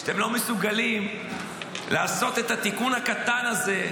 שאתם לא מסוגלים לעשות את התיקון הקטן הזה?